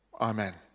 Amen